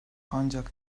ancak